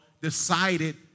decided